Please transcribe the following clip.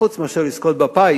חוץ מאשר לזכות בפיס,